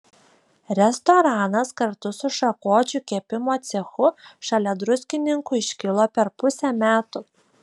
restoranas kartu su šakočių kepimo cechu šalia druskininkų iškilo per pusę metų